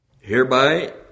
Hereby